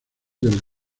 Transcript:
del